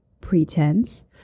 pretense